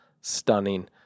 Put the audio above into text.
stunning